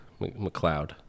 McLeod